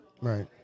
Right